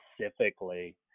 specifically